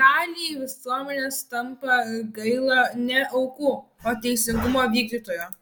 daliai visuomenės tampa gaila ne aukų o teisingumo vykdytojo